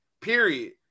period